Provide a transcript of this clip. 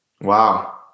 Wow